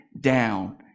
down